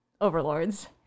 overlords